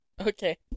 Okay